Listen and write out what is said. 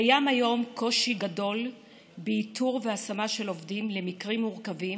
קיים היום קושי גדול באיתור והשמה של עובדים למקרים מורכבים,